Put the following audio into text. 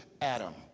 Adam